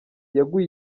yaguye